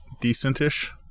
decentish